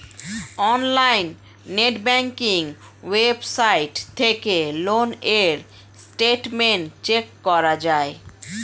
অনলাইনে net banking website থেকে loan এর স্টেটমেন্ট চেক করা যায়